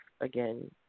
again